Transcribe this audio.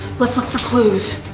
let's look for clues.